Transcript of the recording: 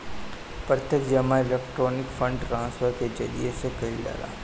प्रत्यक्ष जमा electronic fund transfer के जरिया से कईल जाला